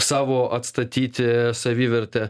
savo atstatyti savivertę